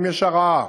האם יש הרעה?